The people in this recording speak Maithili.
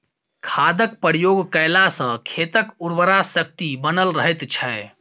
खादक प्रयोग कयला सॅ खेतक उर्वरा शक्ति बनल रहैत छै